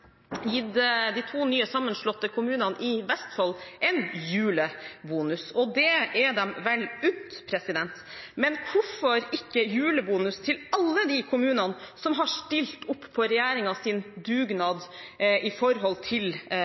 gitt de to nye sammenslåtte kommunene i Vestfold en julebonus. Det er dem vel unt, men hvorfor ikke julebonus til alle de kommunene som har stilt opp på regjeringens dugnad i